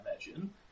imagine